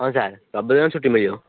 ହଁ ସାର୍ ରବିବାର ଦିନ ଛୁଟି ମିଳିବ